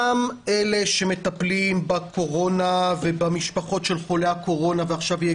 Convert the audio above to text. גם אלה שמטפלים בקורונה ובמשפחות של חולי הקורונה ועכשיו יהיה